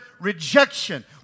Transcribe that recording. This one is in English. rejection